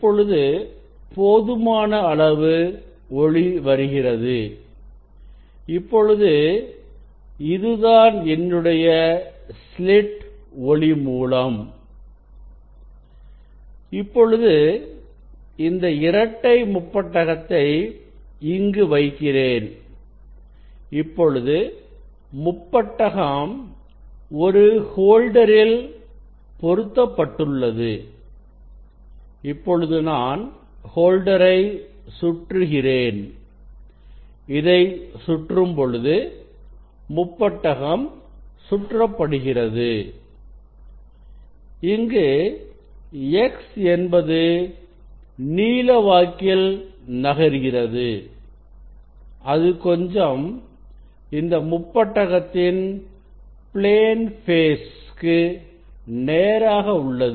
இப்பொழுது போதுமான அளவு ஒளி வருகிறது இப்பொழுது இதுதான் என்னுடைய ஸ்லிட் ஒளி மூலம் இப்பொழுது இந்த இரட்டை முற்பட்டகத்தை இங்கு வைக்கிறேன் இப்பொழுது முப்பட்டகம் ஒரு ஹோல்டரில் பொருத்தப்பட்டுள்ளது இப்பொழுது நான் ஹோல்டரை சுற்றுகிறேன் இதை சுற்றும் பொழுது முப்பட்டகம் சுற்றப் படுகிறது இங்கு x என்பது நீளவாக்கில் நகர்கிறது அது கொஞ்சம் இந்த முப்பட்டகத்தின் plane ஃபேஸ் க்கு நேராக உள்ளது